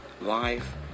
life